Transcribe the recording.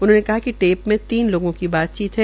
उन्होंने कहा कि टेप में तीन लोगों की बातचीत है